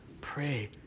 pray